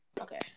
Okay